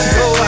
go